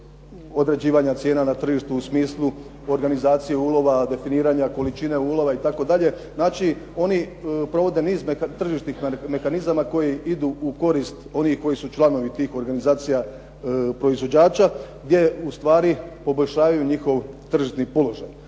određivanja cijena na tržištu, u smislu organizacije ulova, definiranje količine ulova itd. Znači one provode niz tržišnih mehanizama koji idu u korist onih koji su članovi tih organizacija proizvođača, gdje ustvari poboljšavaju njihov tržišni položaj.